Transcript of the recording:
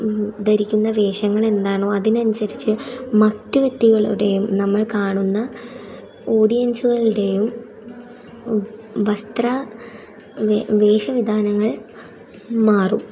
ധരിക്കുന്ന വേഷങ്ങൾ എന്താണോ അതിനനുസരിച്ച് മറ്റ് വ്യക്തികളുടെയും നമ്മൾ കാണുന്ന ഓഡിയൻസുകളുടെയും വസ്ത്ര വേ വേഷവിധാനങ്ങൾ മാറും